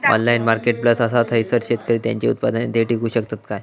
Online marketplace असा थयसर शेतकरी त्यांची उत्पादने थेट इकू शकतत काय?